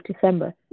December